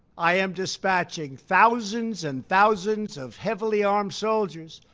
i am dispatching thousands and thousands of heavily armed soldiers,